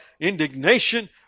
Indignation